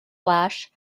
flash